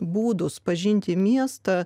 būdus pažinti miestą